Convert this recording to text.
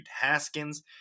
Haskins